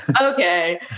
Okay